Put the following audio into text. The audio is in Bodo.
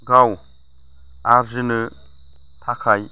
गाव आरजिनो थाखाय